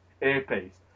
earpiece